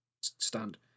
stand